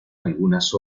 algunas